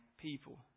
people